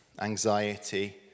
anxiety